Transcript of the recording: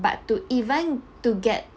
but to even to get